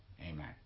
Amen